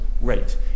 rate